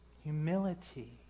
Humility